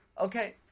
Okay